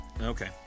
Okay